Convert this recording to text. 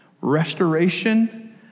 restoration